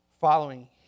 following